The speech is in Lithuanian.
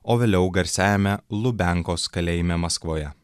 o vėliau garsiajame lubiankos kalėjime maskvoje